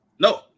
No